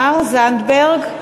זנדברג,